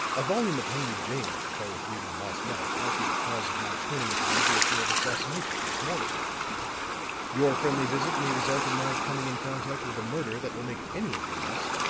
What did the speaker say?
a volume of henry james which i was reading last night might be the cause of my turning to the literature of assassination this morning your friendly visit may result in my coming in contact with a murder that will make any of these,